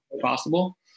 possible